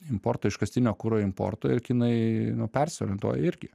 importo iškastinio kuro importo ir kinai nu persiorientuoja irgi